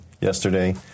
yesterday